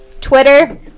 Twitter